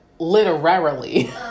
Literarily